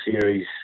series